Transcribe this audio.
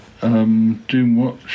Doomwatch